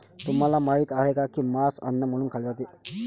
तुम्हाला माहित आहे का की मांस अन्न म्हणून खाल्ले जाते?